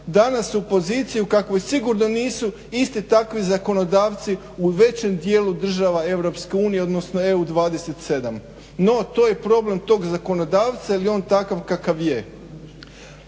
danas u poziciji u kakvoj sigurno nisu isti takvi zakonodavci u većem dijelu država EU odnosno EU 27. No, to je problem tog zakonodavca jer je on takav kakav je.